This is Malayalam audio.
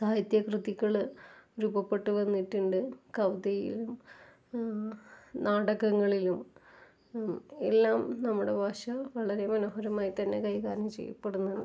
സാഹിത്യ കൃതികൾ രൂപപ്പെട്ട് വന്നിട്ടുണ്ട് കവിതയിലും നാടകങ്ങളിലും എല്ലാം നമ്മുടെ ഭാഷ വളരെ മനോഹരമായിത്തന്നെ കൈകാര്യം ചെയ്യപ്പെടുന്നുണ്ട്